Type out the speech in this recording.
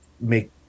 make